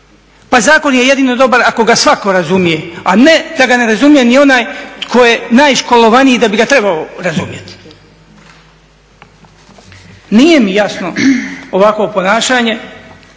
Pa zakon je jedino dobar ako ga svako razumije, a ne da ga ne razumije ni onaj tko je najškolovaniji da bi ga trebao razumjeti. Nije mi jasno ovakvo ponašanje,